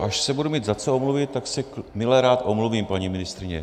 Až se budu mít za co omluvit, tak se milerád omluvím, paní ministryně.